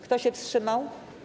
Kto się wstrzymał?